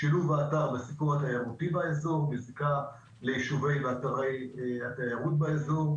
שילוב האתר ב"סיפור" התיירותי באזור בזיקה ליישובי ואתרי התיירות באזור,